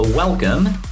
Welcome